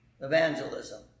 evangelism